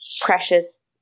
precious